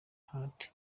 heart